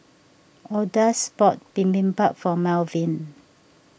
Odus bought Bibimbap for Malvin